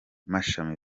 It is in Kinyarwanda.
mashami